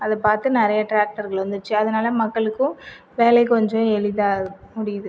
அதை பார்த்து நிறைய டிராக்டர்கள் வந்துடுச்சு அதனால் மக்களுக்கும் வேலை கொஞ்சம் எளிதாக முடியுது